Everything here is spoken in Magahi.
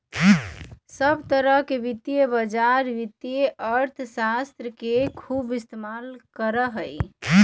सब तरह के वित्तीय बाजार वित्तीय अर्थशास्त्र के खूब इस्तेमाल करा हई